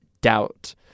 doubt